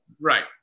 Right